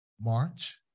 march